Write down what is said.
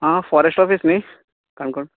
आ forest office न्ही काणकोण